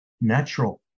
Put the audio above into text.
natural